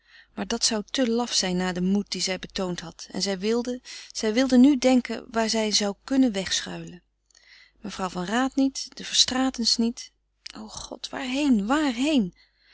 maar dat zou te laf zijn na den moed dien zij betoond had en zij wilde zij wilde nu denken waar zij zou kunnen wegschuilen mevrouw van raat niet de verstraetens niet o god waarheen waarheen